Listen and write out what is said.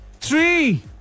Three